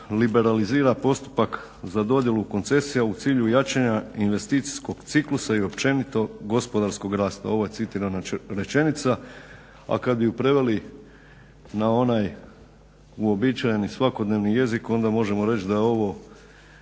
liberalizira postupak za dodjelu koncesija u cilju jačanja investicijskog ciklusa i općenito gospodarskog rasta. Ovo je citirana rečenica, a kad bi je preveli na onaj uobičajeni, svakodnevni jezik onda možemo reći da je ovo